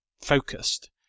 focused